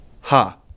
Ha